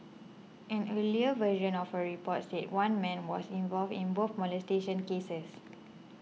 an earlier version of a report said one man was involved in both molestation cases